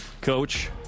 Coach